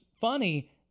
funny